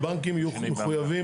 שהבנקים מחויבים,